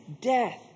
death